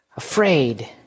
Afraid